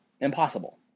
impossible